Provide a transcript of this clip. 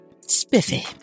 Spiffy